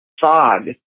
fog